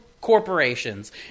corporations